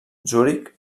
zuric